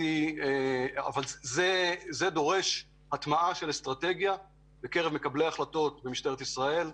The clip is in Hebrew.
דבר כזה דורש הטמעה של אסטרטגיה בקרב מקבלי ההחלטות במשטרת ישראל.